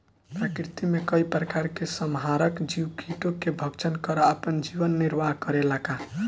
प्रकृति मे कई प्रकार के संहारक जीव कीटो के भक्षन कर आपन जीवन निरवाह करेला का?